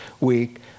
week